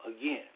again